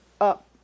up